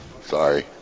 Sorry